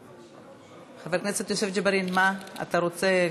חבר הכנסת יוסף ג'בארין, אתה רוצה?